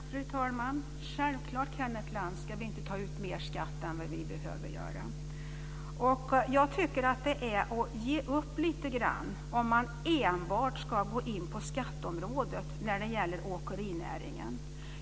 Fru talman! Självfallet ska vi inte ta ut mer skatt än vad vi behöver. Jag tycker att det är att ge upp lite grann att enbart gå in på skatteområdet när det gäller åkerinäringen.